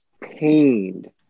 pained